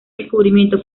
descubrimiento